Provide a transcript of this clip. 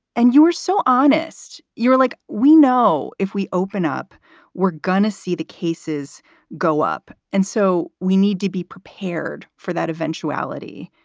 and you were so honest. you're like, we know if we open up, we're gonna see the cases go up. and so we need to be prepared for that eventuality.